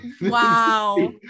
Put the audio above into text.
wow